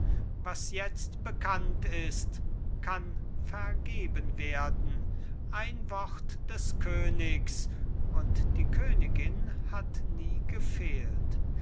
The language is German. was jetzt bekannt ist kann vergeben werden ein wort des königs und die königin hat nie gefehlt